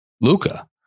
Luca